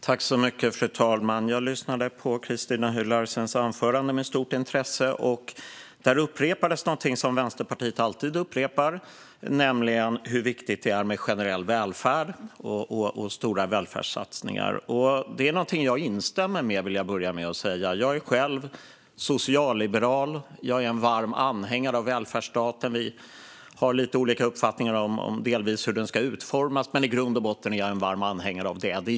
Fru talman! Jag lyssnade på Christina Höj Larsens anförande med stort intresse. Där upprepades någonting som Vänsterpartiet alltid upprepar, nämligen hur viktigt det är med generell välfärd och stora välfärdssatsningar. Det är någonting jag instämmer i. Jag är själv socialliberal och en varm anhängare av välfärdsstaten. Vi har delvis lite olika uppfattningar om hur den ska utformas, men i grund och botten är jag en varm anhängare av välfärdsstaten.